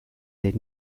den